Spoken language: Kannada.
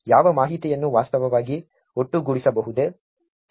ಯಾವ ಮಾಹಿತಿಯನ್ನು ವಾಸ್ತವವಾಗಿ ಒಟ್ಟುಗೂಡಿಸಬಹುದು